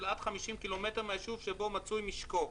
עד 50 קילומטרים מהישוב שבו מצוי משקו,